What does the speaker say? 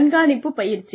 கண்காணிப்பு பயிற்சி